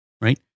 Right